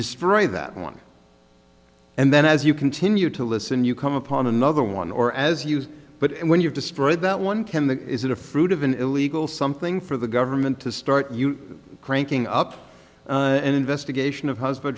destroy that one and then as you continue to listen you come upon another one or as you but when you've destroyed that one can the is it a fruit of an illegal something for the government to start you cranking up an investigation of husband